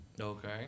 Okay